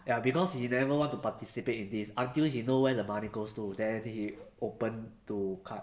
ya because he never want to participate in this until he know where the money goes to then he open to cut